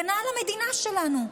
הגנה על המדינה שלנו,